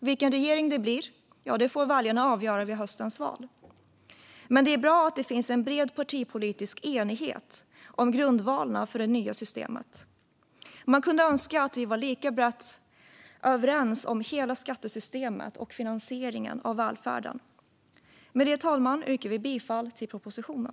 Vilken regering det blir får väljarna avgöra vid höstens val, men det är bra att det finns en bred partipolitisk enighet om grundvalarna för det nya systemet. Man kunde önska att vi var lika brett överens om hela skattesystemet och om finansieringen av välfärden. Med detta, fru talman, yrkar jag bifall till propositionen.